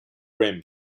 rim